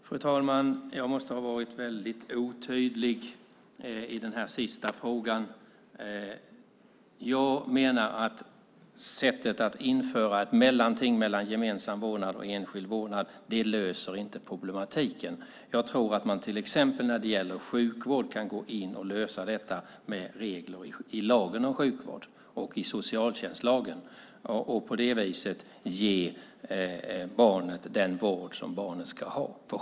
Fru talman! Jag måste ha varit otydlig i den sista frågan. Jag menar att sättet att införa ett mellanting mellan gemensam vårdnad och enskild vårdnad inte löser problemet. Jag tror att man till exempel när det gäller sjukvård kan gå in och lösa detta med regler i lagen om sjukvård och i socialtjänstlagen och på det viset ge barnet den vård som barnet ska ha.